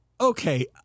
okay